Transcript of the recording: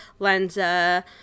Lenza